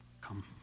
come